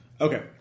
Okay